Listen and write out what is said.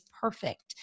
perfect